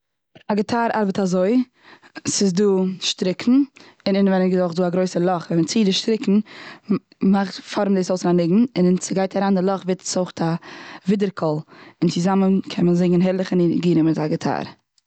א גיטאר ארבעט אזוי. ס'איז דא שטריקן און אינעווייניג איז אויך דא א גרויסע לאך, און מ'ציט די שטריקן מ'מאכט פארעמט דאס אויס א ניגון, און ס'גייט אריין די לאך גייט אויך אריין א ווידער קול און צוזאמען קען מען זינגען הערליכע ניגונים מיט א גיטאר.